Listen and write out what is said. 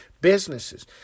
businesses